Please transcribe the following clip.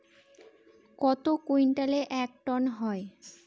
কত কুইন্টালে এক টন হয়?